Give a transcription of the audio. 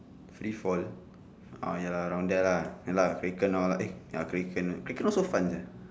free fall uh ya lah around there lah ya lah kraken all eh ya kraken kraken also fun sia